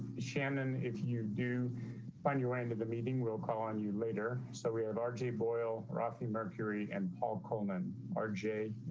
shannon. if you do find your way into the meeting will call on you later. so we have rg boyle rocky mercury and paul coleman ah rj